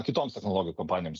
kitoms technologijų kompanijoms